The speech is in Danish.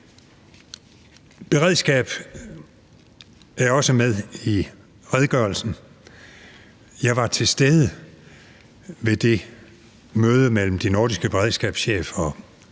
Beredskab er også med i redegørelsen. Jeg var til stede ved det møde mellem de nordiske beredskabschefer